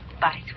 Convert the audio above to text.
Bye